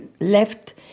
left